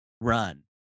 run